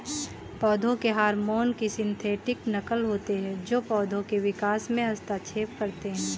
पौधों के हार्मोन की सिंथेटिक नक़ल होते है जो पोधो के विकास में हस्तक्षेप करते है